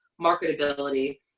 marketability